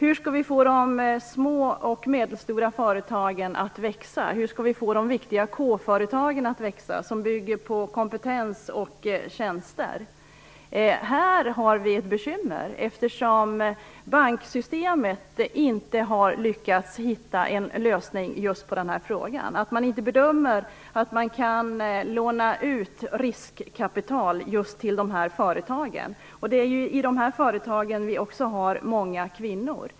Hur skall vi få de små och medelstora företagen att växa? Hur skall vi få de viktiga k-företagen, som bygger på kompetens och tjänster, att växa? Vi har här ett bekymmer, eftersom banksystemet inte har lyckats komma fram till en lösning på denna fråga. Bankerna bedömer att de inte kan låna ut riskkapital till just de företagen. I dessa företag finns också många kvinnor.